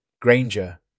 Granger